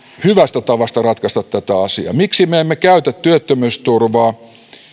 hyvästä tavasta ratkaista tätä asiaa miksi me emme käytä työttömyysturvaa